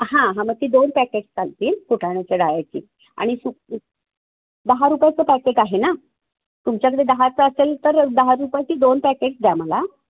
हां हां मग ती दोन पॅकेट्स चालतील फुटाण्याच्या डाळ्याची आणि सु दहा रुपयाचं पॅकेट आहे ना तुमच्याकडे दहाचं असेल तर दहा रुपयाची दोन पॅकेट द्या मला